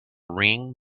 ring